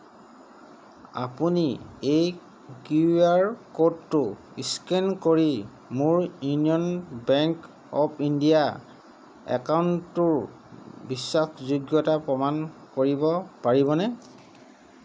আপুনি এই কিউআৰ ক'ডটো স্কেন কৰি মোৰ ইউনিয়ন বেংক অৱ ইণ্ডিয়া একাউণ্টটোৰ বিশ্বাসযোগ্যতা প্ৰমাণ কৰিব পাৰিবনে